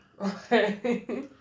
Okay